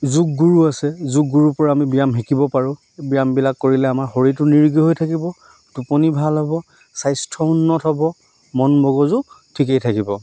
যোগ গুৰু আছে যোগ গুৰুৰ পৰা আমি ব্যায়াম শিকিব পাৰোঁ ব্যায়ামবিলাক কৰিলে আমাৰ শৰীৰটো নিৰোগী হৈ থাকিব টোপনি ভাল হ'ব স্বাস্থ্য উন্নত হ'ব মন মগজু ঠিকেই থাকিব